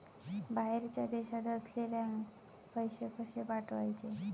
बाहेरच्या देशात असलेल्याक पैसे कसे पाठवचे?